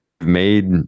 made